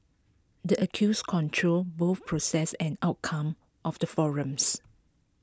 the accused controls both process and outcome of the forums